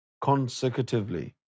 consecutively